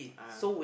ah